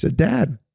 ah dad,